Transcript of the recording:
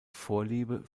vorliebe